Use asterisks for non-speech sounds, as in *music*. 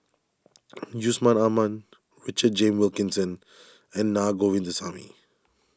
*noise* Yusman Aman Richard James Wilkinson and Naa Govindasamy